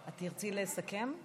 תרצי לסכם?